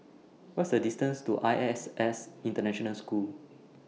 What IS The distance to I S S International School